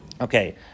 Okay